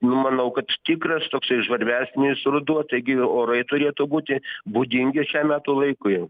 nu manau kad tikras toksai žvarbesnis ruduo taigi orai turėtų būti būdingi šiam metų laikui jau